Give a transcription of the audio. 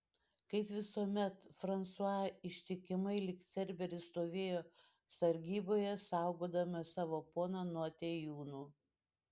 kaip visuomet fransua ištikimai lyg cerberis stovėjo sargyboje saugodamas savo poną nuo atėjūnų